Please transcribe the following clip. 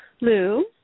Lou